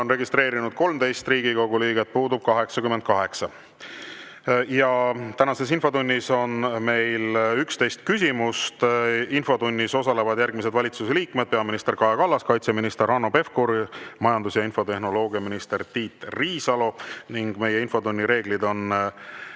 on registreerunud 13 Riigikogu liiget, puudub 88. Tänases infotunnis on meil 11 küsimust. Infotunnis osalevad järgmised valitsuse liikmed: peaminister Kaja Kallas, kaitseminister Hanno Pevkur, majandus- ja infotehnoloogiaminister Tiit Riisalo. Meie infotunni reeglid on